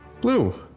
Blue